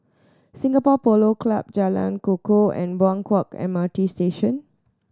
Singapore Polo Club Jalan Kukoh and Buangkok M R T Station